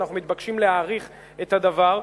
אנחנו מתבקשים להאריך את הדבר.